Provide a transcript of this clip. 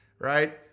right